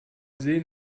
sehen